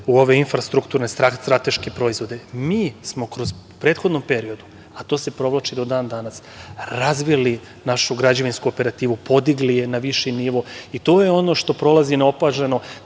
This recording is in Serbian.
u ove infrastrukturne strateške proizvode, mi smo kroz prethodni period, a to se provlači do dan danas, razvili našu građevinsku operativu, podigli je na viši nivo i to je ono što prolazi neopaženo